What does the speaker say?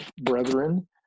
brethren